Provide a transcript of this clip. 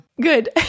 good